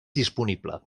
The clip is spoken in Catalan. disponible